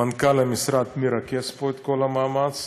מנכ"ל המשרד מרכז פה את כל המאמץ.